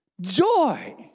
joy